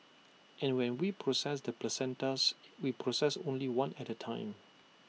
and when we process the placentas we process only one at A time